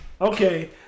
Okay